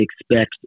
expect